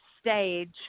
stage